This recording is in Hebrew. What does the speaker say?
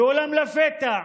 אולם לפתע,